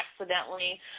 accidentally